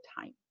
time